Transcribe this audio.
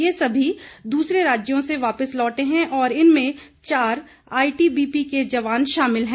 ये सभी दूसरे राज्यों से वापिस लौटे हैं और इनमें चार आईटीबीपी के जवान शामिल हैं